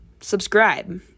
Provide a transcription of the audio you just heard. subscribe